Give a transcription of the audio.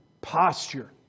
posture